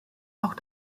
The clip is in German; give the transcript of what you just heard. auch